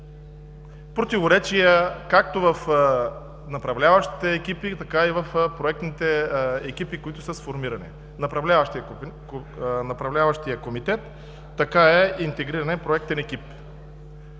противоречия както в направляващите екипи, така и в проектните екипи, които са сформирани – направляващия комитет и интегрирания проектен екип.